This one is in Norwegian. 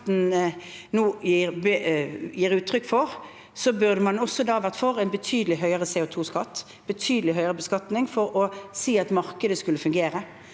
nå gir uttrykk for, burde man også vært for en betydelig høyere CO2skatt, en betydelig høyere beskatning, for å si at markedet skulle fungere.